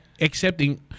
accepting